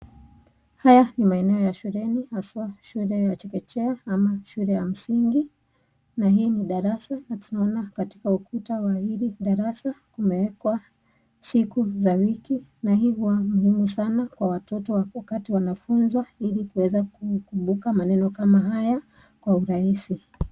Haya ni maeneo ya shuleni haswa shule ya chekechea ama shule ya msingi na hii ni darasa na tunaona katika ukuta wa hili darasa kumeekwa siku za wiki na hii huwa muhimu sana kwa watoto wakati wanafuzwa ili kuweza kukumbuka maneno kama haya kwa urahisi.